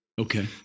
Okay